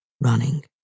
running